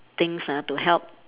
things ah to help